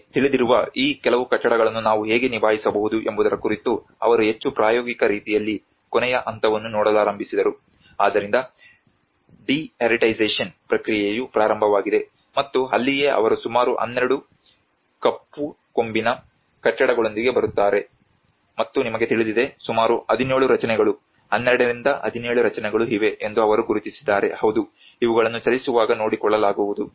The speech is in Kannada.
ನಿಮಗೆ ತಿಳಿದಿರುವ ಈ ಕೆಲವು ಕಟ್ಟಡಗಳನ್ನು ನಾವು ಹೇಗೆ ನಿಭಾಯಿಸಬಹುದು ಎಂಬುದರ ಕುರಿತು ಅವರು ಹೆಚ್ಚು ಪ್ರಾಯೋಗಿಕ ರೀತಿಯಲ್ಲಿ ಕೊನೆಯ ಹಂತವನ್ನು ನೋಡಲಾರಂಭಿಸಿದರು ಆದ್ದರಿಂದ ಡಿ ಹೆರಿಟಗೈಸೇಶನ್ ಪ್ರಕ್ರಿಯೆಯು ಪ್ರಾರಂಭವಾಗಿದೆ ಮತ್ತು ಅಲ್ಲಿಯೇ ಅವರು ಸುಮಾರು 12 ಕಪ್ಪು ಕೊಂಬಿನ ಕಟ್ಟಡಗಳೊಂದಿಗೆ ಬರುತ್ತಾರೆ ಮತ್ತು ನಿಮಗೆ ತಿಳಿದಿದೆ ಸುಮಾರು 17 ರಚನೆಗಳು 12 ರಿಂದ 17 ರಚನೆಗಳು ಇವೆ ಎಂದು ಅವರು ಗುರುತಿಸಿದ್ದಾರೆ ಹೌದು ಇವುಗಳನ್ನು ಚಲಿಸುವಾಗ ನೋಡಿಕೊಳ್ಳಲಾಗುವುದು